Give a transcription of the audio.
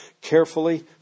carefully